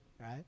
right